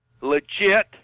legit